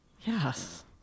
Yes